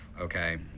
okay